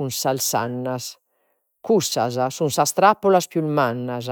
cussas sun sas trappulas pius mannas